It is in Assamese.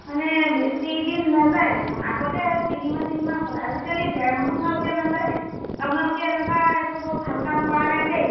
মানে বেছি দিন নাযায় দেখোন আগতে তিনিমাহ তিনিমাহ আজিকালি ডেৰ মাহো ভালকৈ নাযায় আপোনালোকে এনেকুৱা এইটো বৰ ভাল কাম কৰা নাই দেই